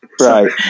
Right